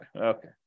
Okay